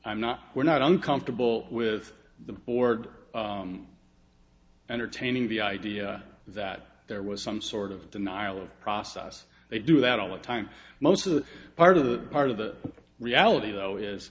i'm not we're not uncomfortable with the board entertaining the idea that there was some sort of denial of process they do that all the time most of the part of the part of the reality though is